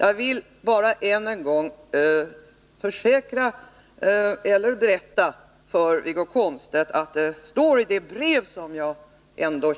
Jag vill än en gång tala om för Wiggo Komstedt att det står i det brev som jag nämnde